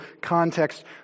context